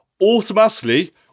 Automatically